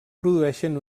produeixen